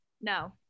No